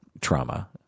trauma